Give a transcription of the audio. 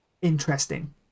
interesting